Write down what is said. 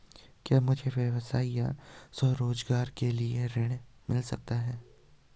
क्या मुझे व्यवसाय या स्वरोज़गार के लिए ऋण मिल सकता है?